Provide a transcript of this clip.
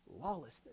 lawlessness